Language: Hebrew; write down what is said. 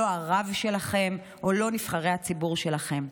לא הרב שלכם או לא נבחרי הציבור שלכם.